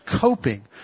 coping